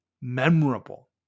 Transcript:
memorable